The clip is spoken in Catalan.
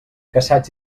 caçats